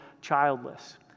childless